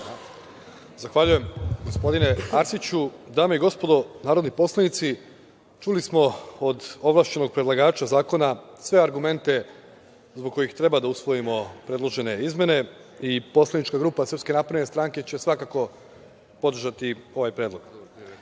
Zahvaljujem, gospodine Arsiću. Dame i gospodo narodni poslanici, čuli smo od ovlašćenog predlagača zakona sve argumente zbog kojih treba da usvojimo predložene izmene i Poslanička grupa Srpske napredne stranke će svakako podržati ovaj Predlog. Ova